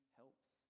helps